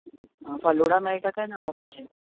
फलूडा मेळटा कांय ना बाबाजीन